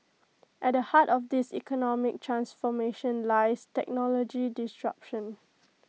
at the heart of this economic transformation lies technology disruption